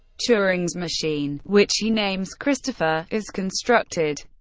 turing's machine, which he names christopher, is constructed,